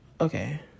Okay